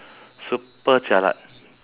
super jialat